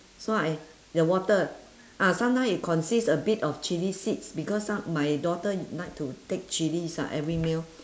so I the water ah sometime it consists a bit of chilli seeds because some my daughter like to take chillies ah every meal